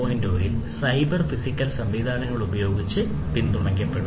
0 ൽ ഈ cyber physical സംവിധാനങ്ങൾ ഉപയോഗിച്ച് ഇവ പിന്തുണയ്ക്കപ്പെടും